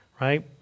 right